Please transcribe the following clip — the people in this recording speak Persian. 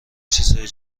چیزهای